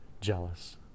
jealous